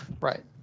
Right